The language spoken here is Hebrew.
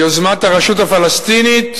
ביוזמת הרשות הפלסטינית,